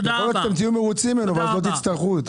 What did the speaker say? יכול להיות שתהיו מרוצים ממנו, ואז לא תצטרכו את